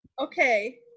Okay